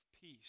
peace